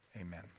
Amen